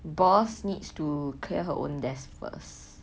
boss needs to clear her own desk first